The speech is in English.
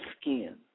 skin